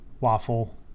waffle